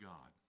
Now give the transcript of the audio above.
God